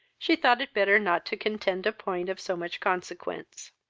she thought it better not to contend a point of so much consequence.